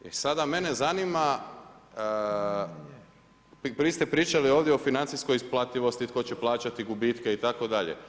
E sada mene zanima, vi ste pričali ovdje o financijskoj isparljivosti, tko će plaćati gubitke itd.